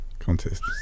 contest